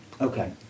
Okay